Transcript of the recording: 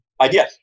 idea